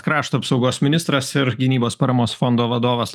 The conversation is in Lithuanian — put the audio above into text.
krašto apsaugos ministras ir gynybos paramos fondo vadovas